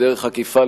בדרך עקיפה,